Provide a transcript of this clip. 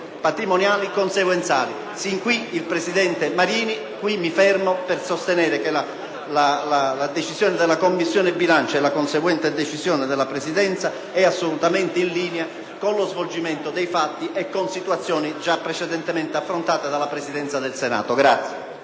patrimoniali conseguenziali»; sin qui il presidente Marini. Qui mi fermo per sostenere che la decisione della Commissione bilancio e la conseguente decisione della Presidenza sono assolutamente in linea con lo svolgimento dei fatti e con situazioni gia` precedentemente affrontate dalla Presidenza del Senato.